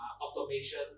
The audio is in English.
automation